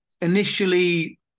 initially